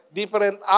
different